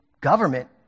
government